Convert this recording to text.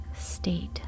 state